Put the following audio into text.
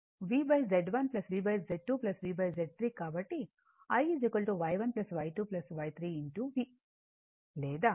కాబట్టి ఇది VZ1 VZ2 VZ3 కాబట్టి IY1 Y2 Y3 V